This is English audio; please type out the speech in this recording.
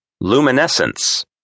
Luminescence